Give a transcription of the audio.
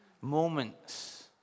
moments